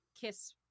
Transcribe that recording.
kiss